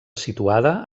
situada